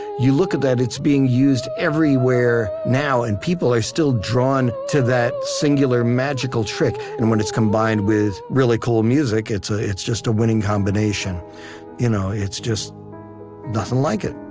you look at that, it's being used everywhere now, and people are still drawn to that singular magical trick. and when it's combined with really cool music, it's ah it's just a winning combination you know it's just nothing like it